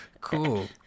Cool